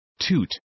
toot